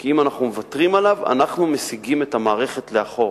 כי אם אנחנו מוותרים עליו אנחנו מסיגים את המערכת לאחור.